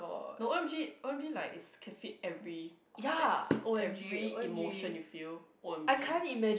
no O_M_G O_M_G like is can fit every context every emotion you feel O_M_G